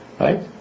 right